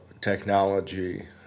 technology